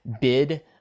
bid